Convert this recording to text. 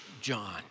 John